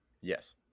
yes